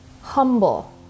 humble